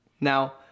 Now